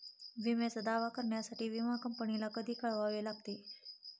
विम्याचा दावा करण्यासाठी विमा कंपनीला कधी कळवावे लागते?